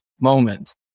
Moment